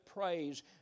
praise